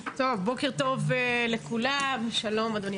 בוקר טוב לכולם, שלום אדוני